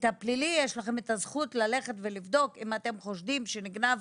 בפלילי יש לכם זכות ללכת ולבדוק אם אתם חושדים שנגנב